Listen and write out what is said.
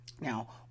Now